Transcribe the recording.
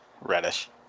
reddish